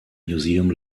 museum